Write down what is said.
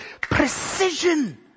precision